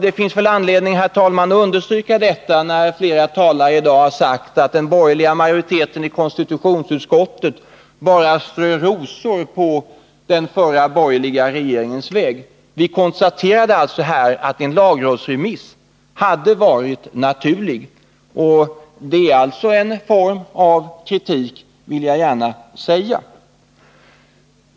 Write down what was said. Det finns, herr talman, anledning att understryka detta, då flera talare i dag har sagt att den borgerliga majoriteten i konstitutionsutskottet bara strör rosor på den förra borgerliga regeringens väg. Vi konstaterar således här att en lagrådsremiss hade varit naturlig. Det är — det vill jag gärna säga — en form av kritik.